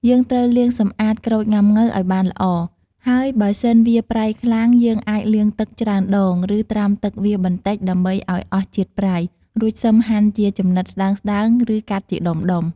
យើងត្រូវលាងសម្អាតក្រូចងុាំង៉ូវឱ្យបានល្អ ហើយបើសិនវាប្រៃខ្លាំង យើងអាចលាងទឹកច្រើនដង ឬត្រាំទឹកវាបន្តិចដើម្បីឱ្យអស់ជាតិប្រៃ រួចសឹមហាន់ជាចំណិតស្តើងៗ ឬកាត់ជាដុំៗ។